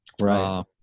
Right